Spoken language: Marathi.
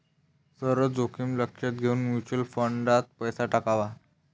सर्व जोखीम लक्षात घेऊन म्युच्युअल फंडात पैसा टाकावा